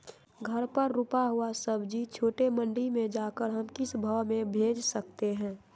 घर पर रूपा हुआ सब्जी छोटे मंडी में जाकर हम किस भाव में भेज सकते हैं?